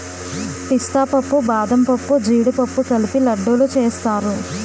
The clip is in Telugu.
పిస్తా పప్పు బాదంపప్పు జీడిపప్పు కలిపి లడ్డూలు సేస్తారు